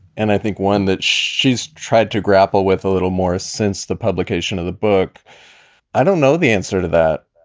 and i think one that she's tried to grapple with a little more since the publication of the book i don't know the answer to that.